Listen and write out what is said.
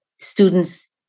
students